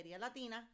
Latina